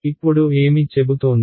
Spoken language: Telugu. ఇప్పుడు ఏమి చెబుతోంది